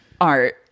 art